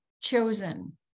chosen